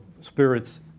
spirit's